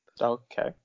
Okay